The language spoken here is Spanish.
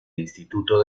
instituto